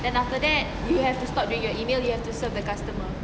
then after that you have to stop doing your email you have to serve the customer